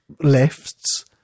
lifts